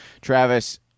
Travis